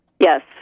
Yes